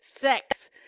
sex